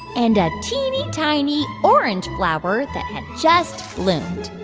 and a teeny-tiny orange flower that had just bloomed